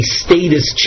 status